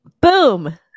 Boom